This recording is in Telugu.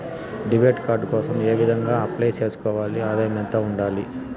డెబిట్ కార్డు కోసం ఏ విధంగా అప్లై సేసుకోవాలి? ఆదాయం ఎంత ఉండాలి?